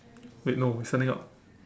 wait no it's standing up